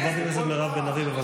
חברת הכנסת מירב בן ארי, בבקשה.